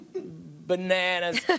bananas